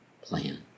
plan